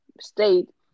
state